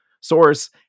source